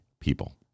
people